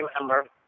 remember